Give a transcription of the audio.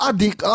Adik